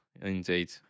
Indeed